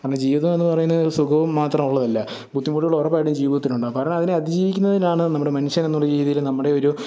കാരണം ജീവിതം എന്നു പറയുന്നത് ഒരു സുഖവും മാത്രമുള്ളതല്ല ബുദ്ധിമുട്ടുകൾ ഉറപ്പായിട്ടും ജീവിതത്തിനുണ്ടാകും പരണം അതിനെ അതിജീവിക്കുന്നതിലാണ് നമ്മുടെ മനുഷ്യനെന്നുള്ള രീതിയിൽ നമ്മുടെ ഒരു